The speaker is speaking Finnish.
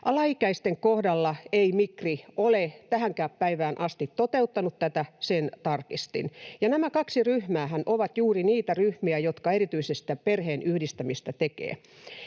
Alaikäisten kohdalla ei Migri ole tähänkään päivään asti toteuttanut tätä, sen tarkistin. Ja nämä kaksi ryhmäähän ovat juuri niitä ryhmiä, jotka erityisesti perheenyhdistämistä tekevät.